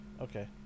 okay